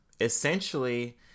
essentially